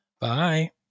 Bye